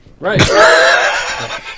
Right